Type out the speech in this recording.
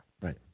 Right